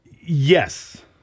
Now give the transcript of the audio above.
Yes